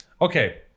okay